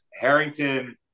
Harrington